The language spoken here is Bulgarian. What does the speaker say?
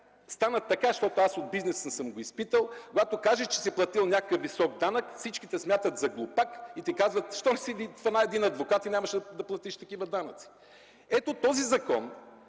стана така, щото аз в бизнеса съм го изпитал, когато кажеш, че си платил някакъв висок данък, всички те смятат за глупак и ти казват: „Що не си хвана един адвокат и нямаше да платиш такива данъци?”. Ето този закон